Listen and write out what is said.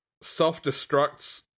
self-destructs